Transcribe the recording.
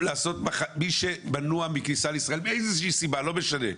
מי שמנוע מכניסה לישראל מאיזושהי סיבה ולא משנה איזו,